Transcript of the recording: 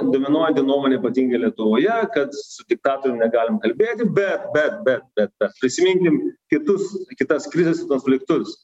dominuojanti nuomonė ypatingai lietuvoje kad su diktatorium negalim kalbėti bet bet bet bet bet prisiminkim kitus kitas krizes ir konfliktus